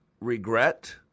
Regret